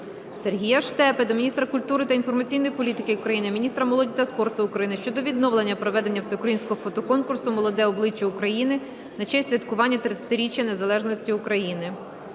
Сергія Штепи до міністра культури та інформаційної політики України, міністра молоді та спорту України щодо відновлення проведення Всеукраїнського фотоконкурсу "Молоде обличчя України" на честь святкування 30-річчя незалежності України.